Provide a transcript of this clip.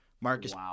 Marcus